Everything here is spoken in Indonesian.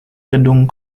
gedung